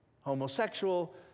Homosexual